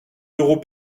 d’euros